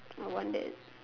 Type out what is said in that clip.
I want this